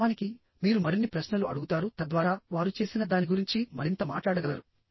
వాస్తవానికి మీరు మరిన్ని ప్రశ్నలు అడుగుతారు తద్వారా వారు చేసిన దాని గురించి మరింత మాట్లాడగలరు